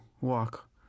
walk